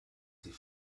sie